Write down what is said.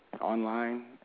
online